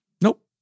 Nope